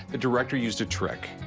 the director used a trick.